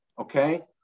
okay